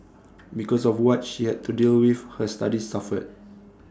because of what she had to deal with her studies suffered